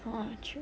!wah! true